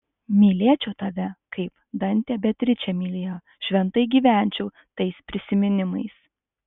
mylėčiau tave kaip dantė beatričę mylėjo šventai gyvenčiau tais prisiminimais